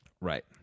Right